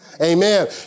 Amen